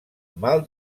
mal